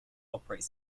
operate